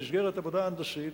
במסגרת עבודה הנדסית,